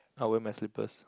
I'll wear my slippers